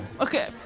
okay